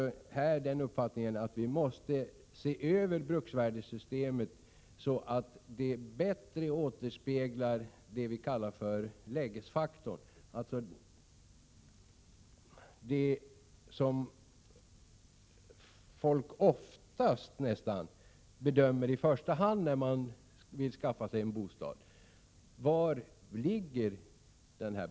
Vi har den uppfattningen att vi måste se över bruksvärdessystemet, så att det bättre återspeglar det vi kallar lägesfaktorn. När man vill skaffa sig en bostad, tänker man ofta i första hand på var bostaden ligger.